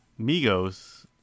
Migos